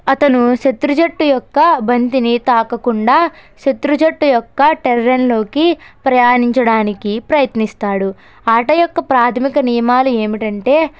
అతను శత్రు జట్టు యొక్క బంతిని తాకకుండా శత్రు జట్టు యొక్క టెర్రెన్లోకి ప్రయాణించడానికి ప్రయత్నిస్తాడు ఆట యొక్క ప్రాథమిక నియమాలు ఏమిటంటే